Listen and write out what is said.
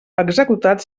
executat